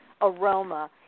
aroma